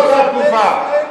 דאגתם שלא תהיה ועדה כזו.